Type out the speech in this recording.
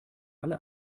alle